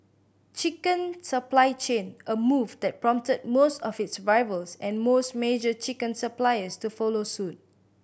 chicken supply chain a move that prompted most of its rivals and most major chicken suppliers to follow suit